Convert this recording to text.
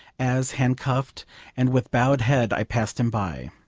as, handcuffed and with bowed head, i passed him by.